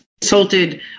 consulted